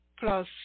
plus